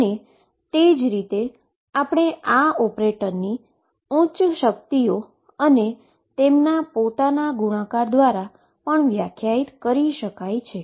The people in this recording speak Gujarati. અને તે જ રીતે આપણે આ ઓપરેટરની હાઈ પાવર અને તેમના પોતાના ગુણાકાર દ્વારા પણ વ્યાખ્યાયિત કરી શકાય છે